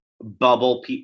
bubble